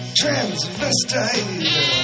transvestite